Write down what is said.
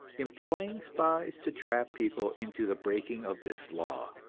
employing spies to trap people into the breaking of this law.